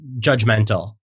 judgmental